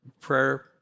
prayer